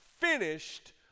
finished